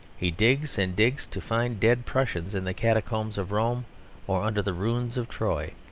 he digs and digs to find dead prussians, in the catacombs of rome or under the ruins of troy.